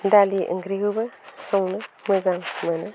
दालि ओंख्रिखौबो संनो मोजां मोनो